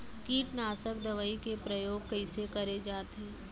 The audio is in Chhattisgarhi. कीटनाशक दवई के प्रयोग कइसे करे जाथे?